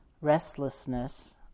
restlessness